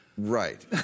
Right